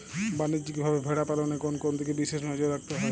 বাণিজ্যিকভাবে ভেড়া পালনে কোন কোন দিকে বিশেষ নজর রাখতে হয়?